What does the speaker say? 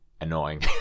annoying